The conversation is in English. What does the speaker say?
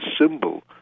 symbol